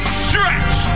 stretch